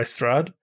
Strad